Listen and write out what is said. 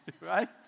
right